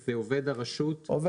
29 זה עובד הרשות.